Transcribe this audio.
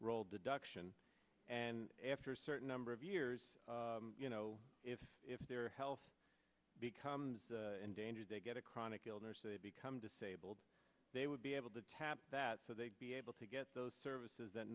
roll deduction and after a certain number of years you know if if their health becomes endangered they get a chronic illness they become disabled they would be able to tap that so they'd be able to get those services that